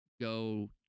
go